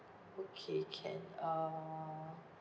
okay can err